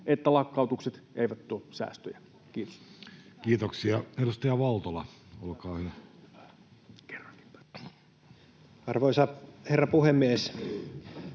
että lakkautukset eivät tuo säästöjä? — Kiitos. Kiitoksia. — Edustaja Valtola, olkaa hyvä. Arvoisa herra puhemies!